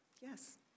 Yes